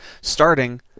starting